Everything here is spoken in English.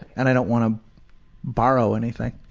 and i don't want to borrow anything.